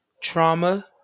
trauma